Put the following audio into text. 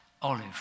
Olive